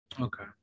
Okay